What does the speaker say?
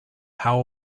how